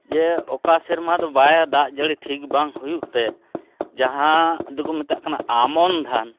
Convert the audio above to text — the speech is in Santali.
ᱡᱮ ᱚᱠᱟ ᱥᱮᱨᱢᱟᱫᱚ ᱵᱟᱭ ᱫᱟᱜ ᱡᱟᱹᱲᱤ ᱴᱷᱤᱠ ᱵᱟᱝ ᱦᱩᱭᱩᱜᱛᱮ ᱡᱟᱦᱟᱸ ᱫᱚᱠᱚ ᱢᱮᱛᱟᱜ ᱠᱟᱱᱟ ᱟᱢᱚᱱ ᱫᱷᱟᱱ